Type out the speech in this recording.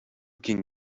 can